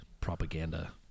propaganda